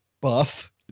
buff